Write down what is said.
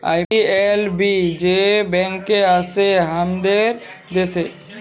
PLB যে bank আসে হামাদের দ্যাশে